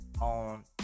on